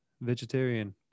vegetarian